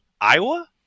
Iowa